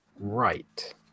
right